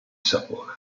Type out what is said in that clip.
sapore